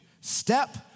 step